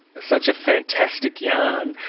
such a fantastic yarn,